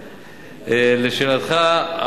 2. לשאלתך,